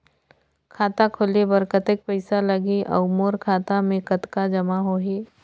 खाता खोले बर कतेक पइसा लगही? अउ मोर खाता मे कतका जमा होही?